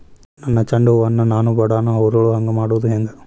ನನ್ನ ಚಂಡ ಹೂ ಅನ್ನ ನಾನು ಬಡಾನ್ ಅರಳು ಹಾಂಗ ಮಾಡೋದು ಹ್ಯಾಂಗ್?